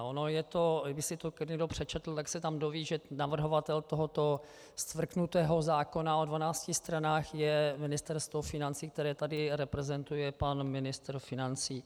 Ono kdyby si to někdo přečetl, tak se tam dozví, že navrhovatel tohoto scvrknutého zákona o dvanácti stranách je Ministerstvo financí, které tady reprezentuje pan ministr financí.